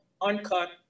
uncut